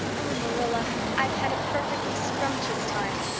oh, marilla, i've had a perfectly scrumptious time.